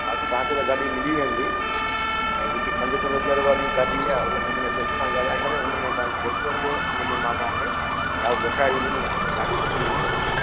हा तांखे त गाॾी मिली वेंदी ऐं जेकि पंजहतरि हज़ार वारी गाॾी आ्हे उहा मां सेठ सां ॻाल्हाए करे उन में तव्हांखे जेतिरो थियो उनमें मां तव्हांखे लॉक घुसाए ॾींदमि गाॾी सुठी अथव